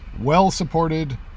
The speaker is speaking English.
well-supported